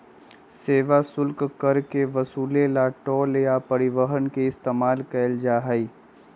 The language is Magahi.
सेवा शुल्क कर के वसूले ला टोल या परिवहन के इस्तेमाल कइल जाहई